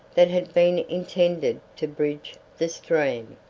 that had been intended to bridge the stream,